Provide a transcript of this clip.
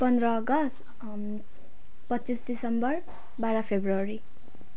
पन्ध्र अगस्त पच्चिस डिसेम्बर बाह्र फेब्रुअरी